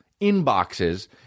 inboxes